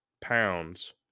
pounds